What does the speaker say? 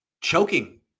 Choking